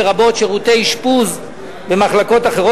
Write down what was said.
לרבות שירותי אשפוז במחלקות אחרות,